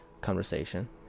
conversation